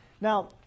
Now